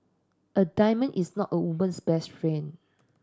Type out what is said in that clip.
a diamond is not a woman's best friend